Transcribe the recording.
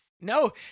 No